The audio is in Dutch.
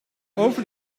over